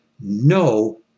no